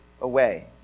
away